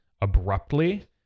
abruptly